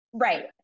Right